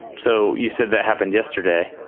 so you said that happened yesterday.